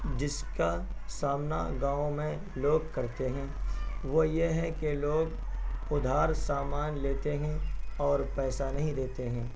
جس کا سامنا گاؤں میں لوگ کرتے ہیں وہ یہ ہے کہ لوگ ادھار سامان لیتے ہیں اور پیسہ نہیں دیتے ہیں